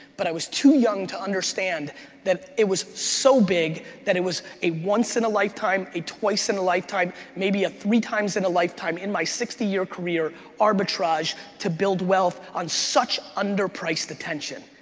but i was too young to understand that it was so big that it was a once-in-a-lifetime, a twice-in-a-lifetime, maybe a three-times-in-a-lifetime in my sixty year career arbitrage to build wealth on such underpriced attention.